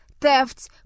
thefts